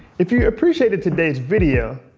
if you appreciated today's video,